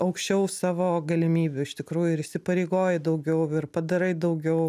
aukščiau savo galimybių iš tikrųjų ir įsipareigoji daugiau ir padarai daugiau